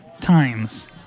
times